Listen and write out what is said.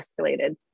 escalated